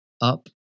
up